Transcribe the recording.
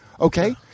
Okay